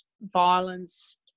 violence